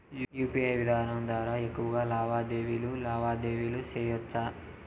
UPI విధానం ద్వారా ఎక్కువగా లావాదేవీలు లావాదేవీలు సేయొచ్చా?